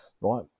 right